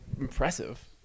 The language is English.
impressive